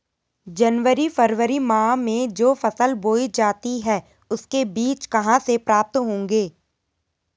जनवरी फरवरी माह में जो फसल बोई जाती है उसके बीज कहाँ से प्राप्त होंगे?